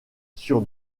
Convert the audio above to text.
sur